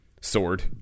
sword